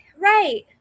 right